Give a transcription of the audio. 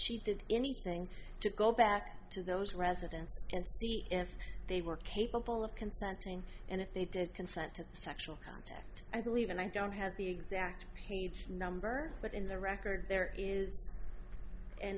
she did anything to go back to those residents and if they were capable of consenting and if they did consent to sexual contact i believe and i don't have the exact number but in the record there is an